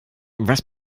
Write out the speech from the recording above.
was